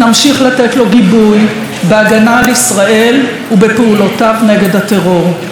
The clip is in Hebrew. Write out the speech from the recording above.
נמשיך לתת לו גיבוי בהגנה על ישראל ובפעולותיו נגד הטרור.